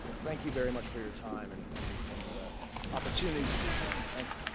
thank you very much for your time and and and the opportunity to be here. thank